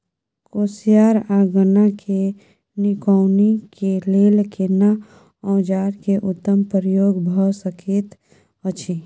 कोसयार आ गन्ना के निकौनी के लेल केना औजार के उत्तम प्रयोग भ सकेत अछि?